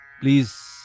please